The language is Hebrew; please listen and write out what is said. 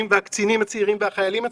הקצינים הצעירים והחיילים הצעירים...